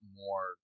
more